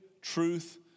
truth